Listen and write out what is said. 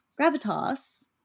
gravitas